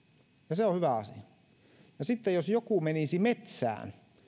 ja se on hyvä asia ja sitten jos joku menee metsään